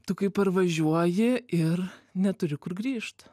tu kai parvažiuoji ir neturi kur grįžt